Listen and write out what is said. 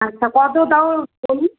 আচ্ছা কত তাও বলুন